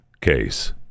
case